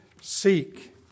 seek